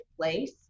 place